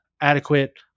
adequate